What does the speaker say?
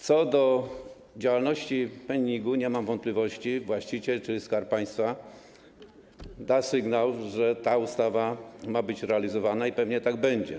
Co do działalności PGNiG-u, to nie mam wątpliwości, że właściciel, czyli Skarb Państwa, da sygnał, że ta ustawa ma być realizowana i pewnie tak będzie.